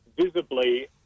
visibly